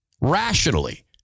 rationally